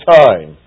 time